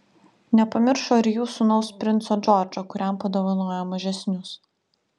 nepamiršo ir jų sūnaus princo džordžo kuriam padovanojo mažesnius